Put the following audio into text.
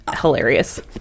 hilarious